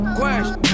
question